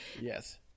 Yes